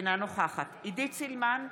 אינה נוכחת עידית סילמן,